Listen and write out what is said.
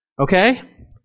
Okay